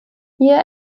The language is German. hier